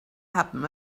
happen